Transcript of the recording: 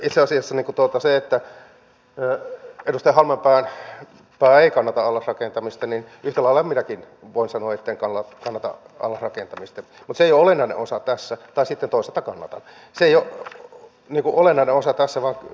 itse asiassa kun edustaja halmeenpää ei kannata allasrakentamista yhtä lailla minäkin voin sanoa että en kannata allasrakentamista tai sitten toisaalta kannatan mutta se ei ole olennainen osa tässä